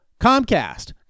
Comcast